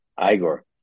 Igor